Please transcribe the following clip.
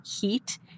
heat